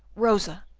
rosa,